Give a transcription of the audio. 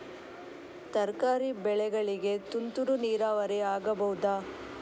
ತರಕಾರಿ ಬೆಳೆಗಳಿಗೆ ತುಂತುರು ನೀರಾವರಿ ಆಗಬಹುದಾ?